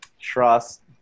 Trust